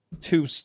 two